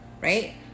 right